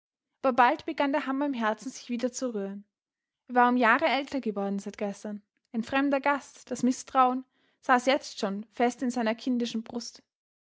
bald begann der hammer im herzen sich wieder zu rühren er war um jahre älter geworden seit gestern ein fremder gast das mißtrauen saß jetzt schon fest in seiner kindischen brust